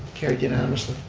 carried unanimously.